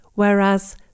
Whereas